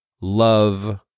love